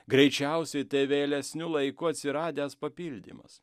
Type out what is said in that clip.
greičiausiai tai vėlesniu laiku atsiradęs papildymas